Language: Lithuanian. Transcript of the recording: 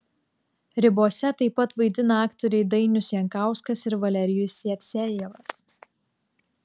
ribose taip pat vaidina aktoriai dainius jankauskas ir valerijus jevsejevas